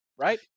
right